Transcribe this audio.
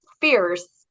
fierce